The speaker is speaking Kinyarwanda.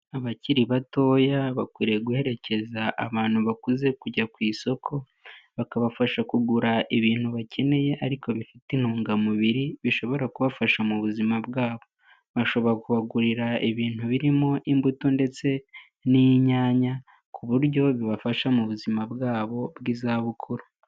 Abakiri batoya bakwiriye guherekeza abantu bakuze kujya ku isoko, bakabafasha kugura ibintu bakeneye ariko bifite intungamubiri bishobora kubafasha mu buzima bwabo, bashobora kubagurira ibintu birimo imbuto ndetse n'inyanya ku buryo bibafasha mu buzima bwabo bw'izabukuru.